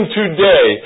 today